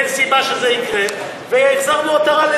ואין סיבה שזה יקרה, והחזרנו עטרה ליושנה.